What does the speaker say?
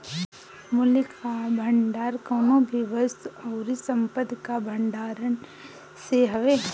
मूल्य कअ भंडार कवनो भी वस्तु अउरी संपत्ति कअ भण्डारण से हवे